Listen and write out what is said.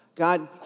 God